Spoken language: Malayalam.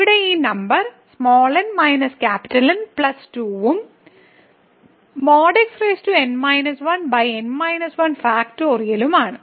ഇവിടെ ഈ നമ്പർ n - N 2 ഉം ഉം ആണ്